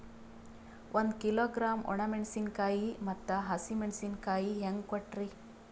ಒಂದ ಕಿಲೋಗ್ರಾಂ, ಒಣ ಮೇಣಶೀಕಾಯಿ ಮತ್ತ ಹಸಿ ಮೇಣಶೀಕಾಯಿ ಹೆಂಗ ಕೊಟ್ರಿ?